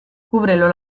cúbrelo